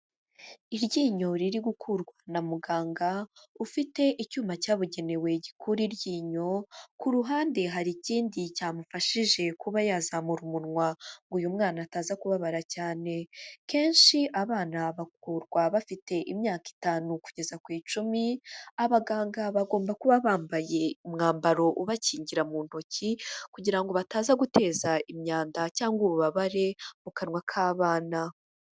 Iryinyo riri gukurwa na muganga ufite icyuma cyabugenewe gikura iryinyo, ku ruhande hari ikindi cyamufashije kuba yazamura umunwa ngo uyu mwana ataza kubabara cyane, kenshi abana bakurwa bafite imyaka itanu kugeza ku icumi, abaganga bagomba kuba bambaye umwambaro ubakingira mu ntoki kugira ngo bataza guteza imyanda cyangwa ububabare mu kanwa k'abana.